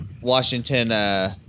Washington